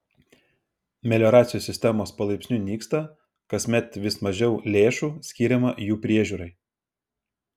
melioracijos sistemos palaipsniui nyksta kasmet vis mažiau lėšų skiriama jų priežiūrai